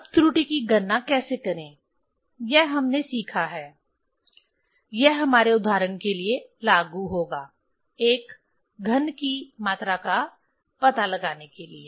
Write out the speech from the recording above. अब त्रुटि की गणना कैसे करें यह हमने सीखा है यह हमारे उदाहरण के लिए लागू होगा एक घन की मात्रा का पता लगाने के लिए